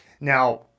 now